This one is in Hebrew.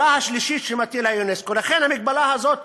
לכן המגבלה הזאת,